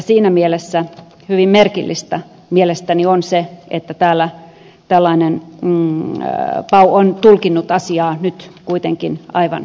siinä mielessä hyvin merkillistä mielestäni on se että pau on tulkinnut asiaa nyt kuitenkin aivan toisin